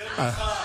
יותר ממך.